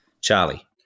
Charlie